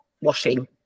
washing